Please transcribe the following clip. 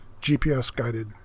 GPS-guided